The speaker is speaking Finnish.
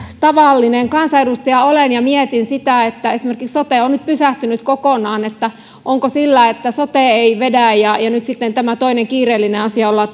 tavallinen kansanedustaja olen ja mietin sitä että kun esimerkiksi sote on nyt pysähtynyt kokonaan niin onko sillä jonkunlainen asiayhteys että sote ei vedä ja nyt sitten tämä toinen kiireellinen asia ollaan